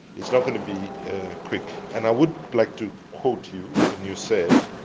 it's not gonna be quick. and i would like to quote you when you said,